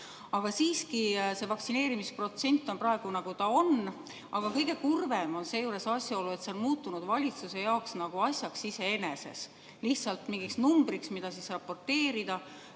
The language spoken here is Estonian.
Aga siiski see vaktsineerimisprotsent on praegu, nagu ta on. Kõige kurvem on seejuures asjaolu, et see on muutunud valitsuse jaoks asjaks iseeneses, lihtsalt mingiks numbriks, mida raporteerida.